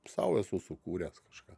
sau esu sukūręs kažką